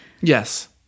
Yes